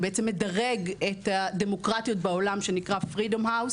בעצם מדרג את הדמוקרטיות בעולם שנקרא Freedom House,